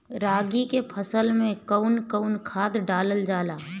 रागी के फसल मे कउन कउन खाद डालल जाला?